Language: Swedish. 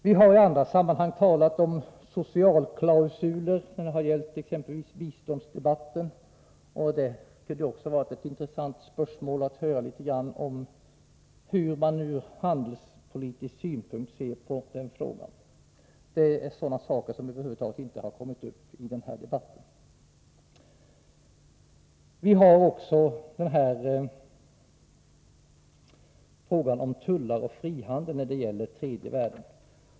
Vi har i andra sammanhang, t.ex. i biståndsdebatten, talat om socialklausuler. Det hade varit intressant att höra något om hur man från handelspolitisk synpunkt ser på den frågan. Men det har inte kommit upp i den här debatten. Vi har också frågan om tullar och frihandel när det gäller tredje världen.